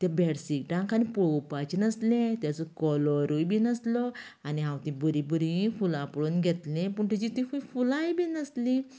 तें बेडशीटांक आनीक पळोवपाचें नासलें तेजो कलोरूय बी नासलो आनी हांव तीं बरीं फुलां पळोवन घेतलें पूण तेजी तीं फुलांय बी नासलीं